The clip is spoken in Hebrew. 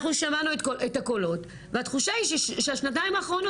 אנחנו שמענו את הקולות והתחושה היא שהשנתיים האחרונות,